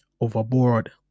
overboard